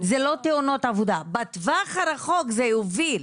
זה לא תאונות עבודה, בטווח הרחוק זה יוביל,